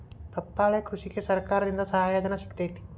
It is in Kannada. ಪಪ್ಪಾಳಿ ಕೃಷಿಗೆ ಸರ್ಕಾರದಿಂದ ಸಹಾಯಧನ ಸಿಗತೈತಿ